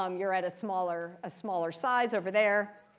um you're at a smaller ah smaller size over there.